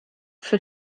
für